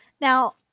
Now